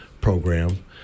program